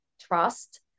trust